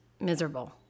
miserable